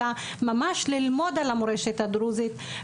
אלא ממש ללמוד על המורשת הדרוזית.